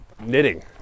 knitting